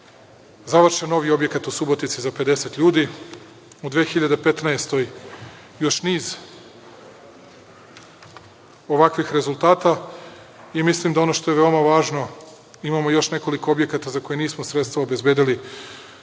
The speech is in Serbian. Završen novi objekat u Subotici za 50 ljudi. U 2015. godini još niz ovakvih rezultata i mislim da ono što je veoma važno, imamo još nekoliko objekata za koje nismo sredstva obezbedili